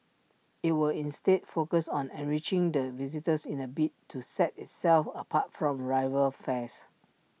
IT will instead focus on enriching the visitor's in A bid to set itself apart from rival affairs